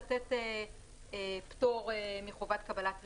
לתת פטור מחובת קבלת רישיון.